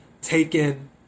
taken